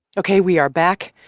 ok. we are back.